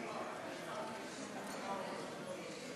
ההצבעה: בעד, 27 חברי כנסת,